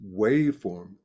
waveform